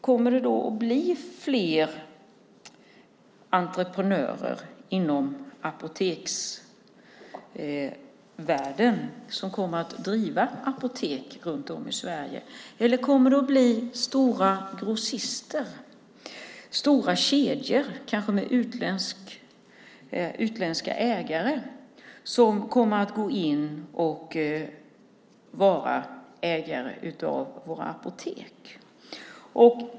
Kommer det att bli fler entreprenörer inom apoteksvärlden som kommer att driva apotek runt om i Sverige? Kommer det att bli grossister, stora kedjor, kanske med utländska ägare, som går in och äger våra apotek?